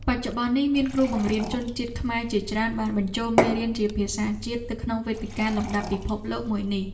បច្ចុប្បន្ននេះមានគ្រូបង្រៀនជនជាតិខ្មែរជាច្រើនបានបញ្ចូលមេរៀនជាភាសាជាតិទៅក្នុងវេទិកាលំដាប់ពិភពលោកមួយនេះ។